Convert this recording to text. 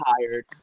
tired